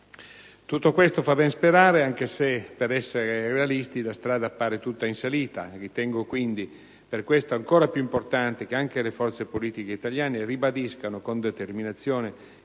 Tutto questo fa ben sperare, anche se, per essere realisti, la strada appare tutta in salita. Ritengo quindi, per questo, ancor più importante che anche le forze politiche italiane ribadiscano con determinazione